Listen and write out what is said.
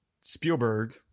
Spielberg